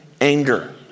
anger